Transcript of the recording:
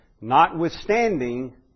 notwithstanding